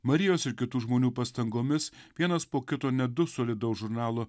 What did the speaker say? marijos ir kitų žmonių pastangomis vienas po kito net du solidaus žurnalo